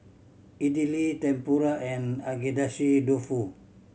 Idili Tempura and Agedashi Dofu